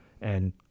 and-